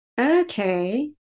Okay